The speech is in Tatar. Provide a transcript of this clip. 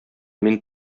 мин